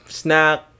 snack